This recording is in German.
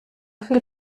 viel